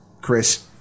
Chris